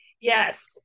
Yes